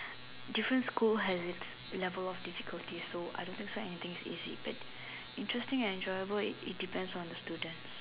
different school has level of difficulties so I don't think so anything is easy but interesting enjoyable is depend on the students